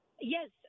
Yes